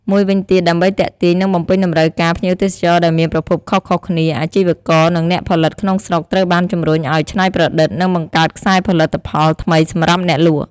មួយវិញទៀត ដើម្បីទាក់ទាញ និងបំពេញតម្រូវការភ្ញៀវទេសចរដែលមានប្រភពខុសៗគ្នា អាជីវករ និងអ្នកផលិតក្នុងស្រុកត្រូវបានជំរុញឱ្យច្នៃប្រឌិត និងបង្កើតខ្សែផលិតផលថ្មីសម្រាប់អ្នកលក់។